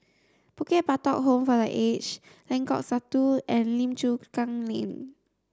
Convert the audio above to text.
Bukit Batok Home for the Aged Lengkok Satu and Lim Chu Kang Lane